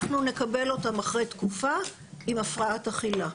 אנחנו נקבל אותם אחרי תקופה עם הפרעת אכילה.